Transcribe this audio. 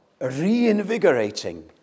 reinvigorating